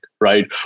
right